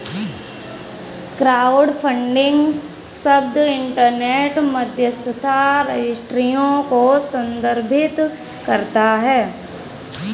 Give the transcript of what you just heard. crowdfunding शब्द internet मध्यस्थता रजिस्ट्रियों को संदर्भित करता है